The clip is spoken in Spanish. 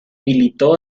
militó